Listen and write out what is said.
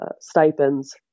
stipends